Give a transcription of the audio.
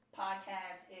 podcast